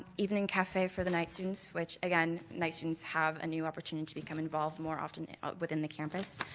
evening cafe for the night students which, again, night students have a new opportunity to become involve more often within the campus.